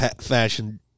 fashion